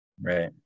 Right